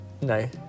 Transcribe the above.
No